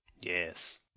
Yes